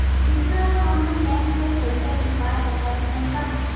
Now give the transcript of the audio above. सीधा हम मन बैंक ले पईसा चुका सकत हन का?